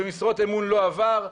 במשרות אמון לא עבר,